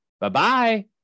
Bye-bye